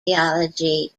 theology